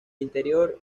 interior